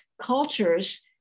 cultures